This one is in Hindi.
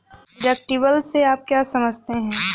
डिडक्टिबल से आप क्या समझते हैं?